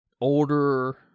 older